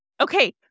okay